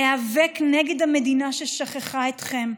להיאבק נגד המדינה ששכחה אתכם.